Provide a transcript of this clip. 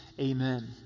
amen